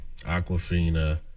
Aquafina